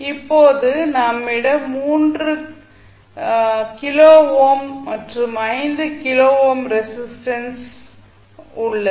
இப்போது நம்மிடம் 3 kilo ohm மற்றும் 5 கிலோ ஓம் ரெஸிஸ்டன்சஸ் உள்ளது